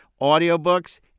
audiobooks